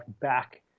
back